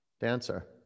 Dancer